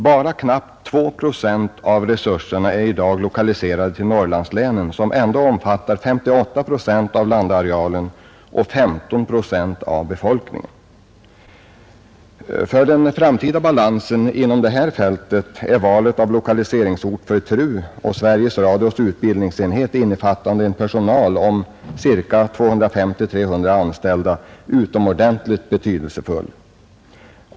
Bara knappt 2 procent av resurserna är i dag lokaliserade till Norrlandslänen, som ändå omfattar 58 procent av landarealen och 15 procent av befolkningen. För den framtida balansen inom detta fält är valet av lokaliseringsort för TRU och Sveriges Radios utbildningsenhet, innefattande en personal om ca 250-300 anställda, utomordentligt betydelsefull.